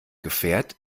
gefährt